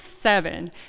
seven